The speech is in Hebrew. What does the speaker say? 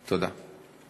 תודה.